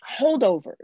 holdovers